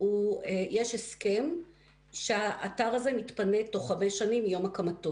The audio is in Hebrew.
יש שם מקום שיועד במקור לעוד חנויות.